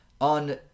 on